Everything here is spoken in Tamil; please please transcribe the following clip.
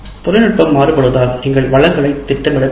தொழில்நுட்பம் மாறுபடுவதால் நீங்கள் வளங்களைத் திட்டமிட வேண்டும்